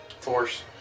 Force